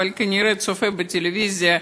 כנראה הוא צופה בטלוויזיה,